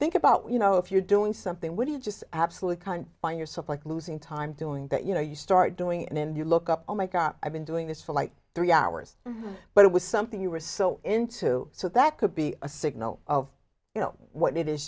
think about you know if you're doing something when you just absolutely kind find yourself like losing time doing that you know you start doing and then you look up oh my god i've been doing this for like three hours but it was something you were so into so that could be a signal of you know what it is